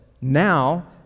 now